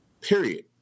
period